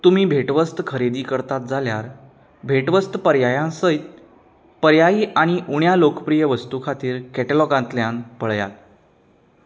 तुमी भेटवस्त खरेदी करतात जाल्यार भेटवस्त पर्यायां सयत पर्यायी आनी उण्या लोकप्रिय वस्तूं खातीर कॅटलॉगांतल्यान पळयात